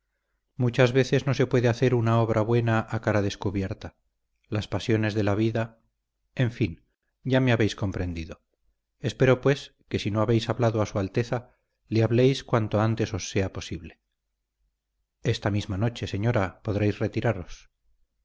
muchas veces no se puede hacer una obra buena a cara descubierta las pasiones de la vida en fin ya me habéis comprendido espero pues que si no habéis hablado a su alteza le habléis cuanto antes os sea posible esta misma noche señora podréis retiraros